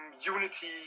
Unity